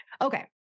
Okay